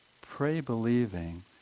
pray-believing